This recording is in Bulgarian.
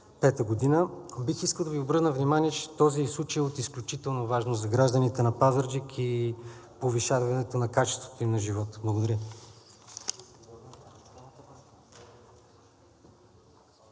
през 2025 г.? Бих искал да ви обърна внимание, че този случай е от изключителна важност за гражданите на Пазарджик и повишаването на качеството им на живот. Благодаря.